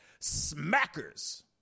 smackers